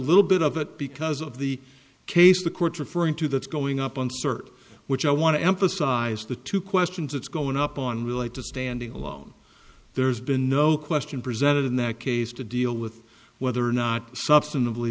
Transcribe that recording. little bit of it because of the case the court's referring to that's going up on cert which i want to emphasize the two questions it's going up on relate to standing alone there's been no question presented in that case to deal with whether or not substantive